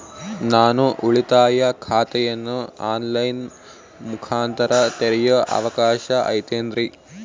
ನಾನು ಉಳಿತಾಯ ಖಾತೆಯನ್ನು ಆನ್ ಲೈನ್ ಮುಖಾಂತರ ತೆರಿಯೋ ಅವಕಾಶ ಐತೇನ್ರಿ?